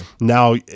Now